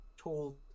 told